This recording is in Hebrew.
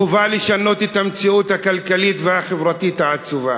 חובה לשנות את המציאות הכלכלית והחברתית העצובה,